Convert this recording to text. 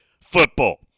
football